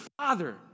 father